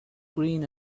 green